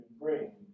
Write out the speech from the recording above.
bring